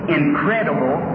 incredible